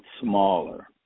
smaller